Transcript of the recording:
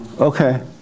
okay